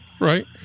right